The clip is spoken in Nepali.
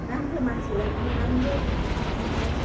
राम्रो मान्छेलाई पनि राम्रो चिन्छ